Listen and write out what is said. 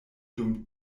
dum